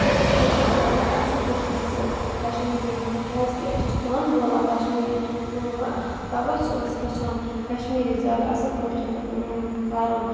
أسۍ چھِ ہیٚچھان واریاہ اَصٕل پٲٹھۍ سُہ کَشمیٖری کیٛازِکہِ أسۍ چھِ پانہٕ بولان کَشمیٖری تِم تَوَے چھِ أسۍ ہیٚچھان کَشمیٖری زیادٕ اَصٕل پٲٹھۍ پَرُن